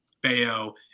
Bayo